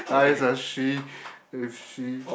oh is a she is she